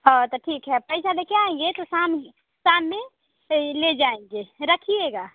और तो ठीक है तो पैसा लेके आएँगे तो शाम शाम में से ले जाएँगे रखिएगा